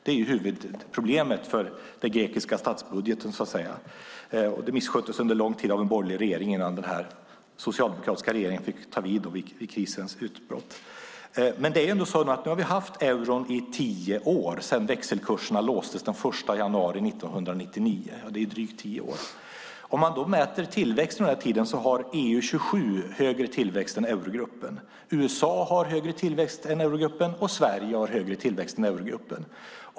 Det är huvudproblemet för den grekiska statsbudgeten, och detta missköttes under lång tid av en borgerlig regering innan den socialdemokratiska regeringen fick ta över vid krisens utbrott. Det är dock ändå så att vi nu har haft euron i tio år. Växelkurserna låstes den 1 januari 1999. Det är alltså drygt tio år sedan. Om man mäter tillväxten under denna tid har EU-27 högre tillväxt än eurogruppen. USA har högre tillväxt än eurogruppen, och Sverige har högre tillväxt än eurogruppen.